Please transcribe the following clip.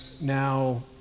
now